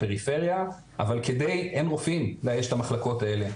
בפריפריה, אבל אין רופאים לאייש את המחלקות האלה.